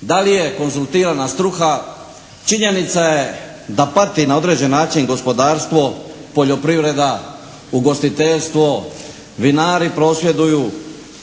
da li je konzultirana struka. Činjenica je da pati na određen način gospodarstvo, poljoprivreda, ugostiteljstvo, vinari prosvjeduju,